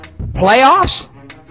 playoffs